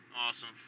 Awesome